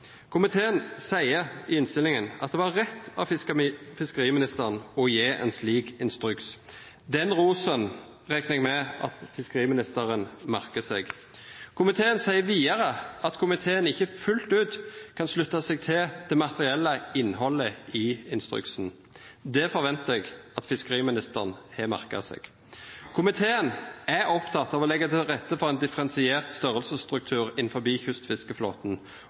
Komiteen seier i innstillinga at det var rett av fiskeriministeren å gje ein slik instruks. Den rosen reknar eg med at fiskeriministeren merkar seg. Komiteen seier vidare at komiteen ikkje fullt ut kan slutta seg til det materielle innhaldet i instruksen. Det forventar eg at fiskeriministeren har merka seg. Komiteen er oppteken av å leggja til rette for ein differensiert størrelsesstruktur innan kystfiskeflåten